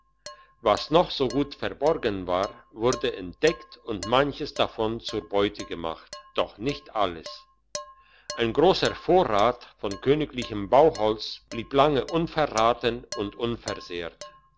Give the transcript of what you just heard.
was noch so gut verborgen war wurde entdeckt und manches davon zur beute gemacht doch nicht alles ein grosser vorrat von königlichem bauholz blieb lange unverraten und unversehrt